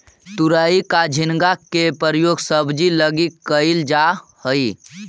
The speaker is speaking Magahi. तुरई या झींगा के प्रयोग सब्जी लगी कैल जा हइ